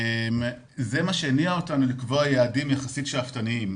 זה מה שהניע אותנו לקבוע יעדים יחסית שאפתניים,